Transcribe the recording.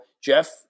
Jeff